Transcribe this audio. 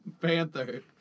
panther